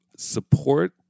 Support